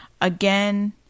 Again